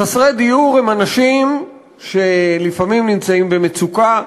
חסרי הדיור הם אנשים שלפעמים נמצאים במצוקה,